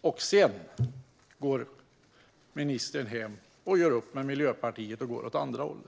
och sedan gick ministern hem och gjorde upp med Miljöpartiet och gick åt andra hållet.